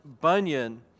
Bunyan